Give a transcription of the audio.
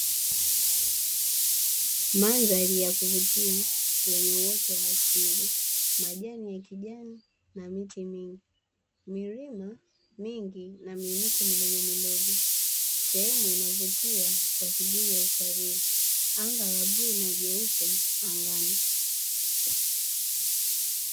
Mandhari ya kuvutia yenye uoto wa asili, majani ya kijani na miti mingi. Milima mingi na miinuko midogomidogo, sehemu inayovutia kwa shughuli ya utalii. Anga la bluu na jeupe angani.